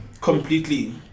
completely